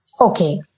okay